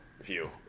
view